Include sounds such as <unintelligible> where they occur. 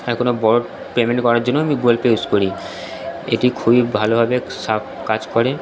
আর কোনো বড়ো পেমেন্ট করার জন্যও আমি গুগল পে ইউজ করি এটি খুবই ভালোভাবে <unintelligible> কাজ করে